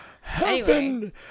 Heaven